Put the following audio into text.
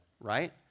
right